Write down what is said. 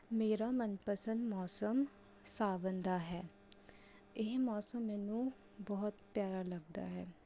ਮੇਰਾ ਮਨਪਸੰਦ ਮੌਸਮ ਸਾਵਨ ਦਾ ਹੈ ਇਹ ਮੌਸਮ ਮੈਨੂੰ ਬਹੁਤ ਪਿਆਰਾ ਲੱਗਦਾ ਹੈ